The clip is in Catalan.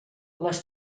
les